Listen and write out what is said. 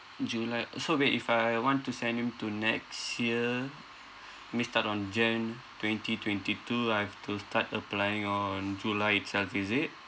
july uh so wait if I want to send him to next year means start on jan twenty twenty two I've to start applying on july itself is it